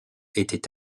étaient